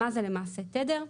מה זה למעשה תדר,